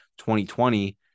2020